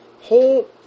whole